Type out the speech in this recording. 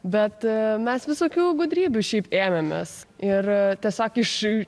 bet mes visokių gudrybių šiaip ėmėmės ir tiesiog iš